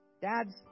Dad's